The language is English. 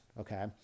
Okay